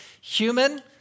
human